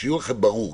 שיהיה לכם ברור.